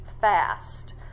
fast